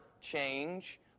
change